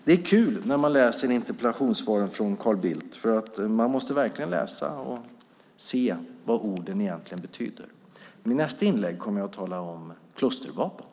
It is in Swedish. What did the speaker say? Det är kul när man läser interpellationssvaren från Carl Bildt. Man måste verkligen läsa noga för att se vad orden egentligen betyder. I nästa inlägg kommer jag att tala om klustervapen.